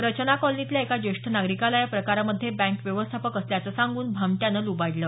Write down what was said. रचना कॉलनीतल्या एका ज्येष्ठ नागरिकाला या प्रकारामध्ये बँक व्यवस्थापक असल्याचं सांगून भामट्यानं लुबाडलं